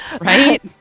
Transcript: right